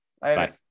Bye